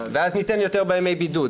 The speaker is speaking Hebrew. ואז ניתן יותר בימי בידוד,